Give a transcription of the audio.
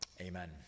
Amen